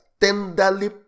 tenderly